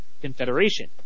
Confederation